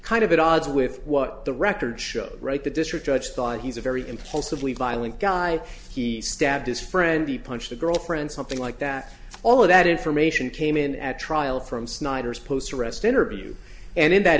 kind of at odds with what the record shows right the district judge thought he's a very impulsive leave violent guy he stabbed his friend he punched the girlfriend something like that all of that information came in at trial from snyder's post arrest interview and in that